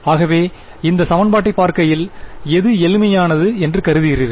ஆகவே இந்த சமன்பாட்டை பார்க்கையில் எது எளிமையானXω என்று கருதுகிறீர்கள்